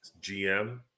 GM